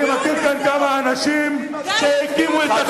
אני, כמה אנשים שהתירו את,